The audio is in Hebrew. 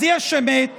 אז יש אמת